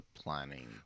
planning